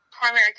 primary